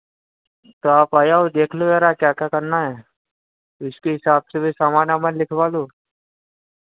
तो आप आ जाओ देख लो ज़रा क्या क्या करना है इसके हिसाब से फिर सामान वामान लिखवा दो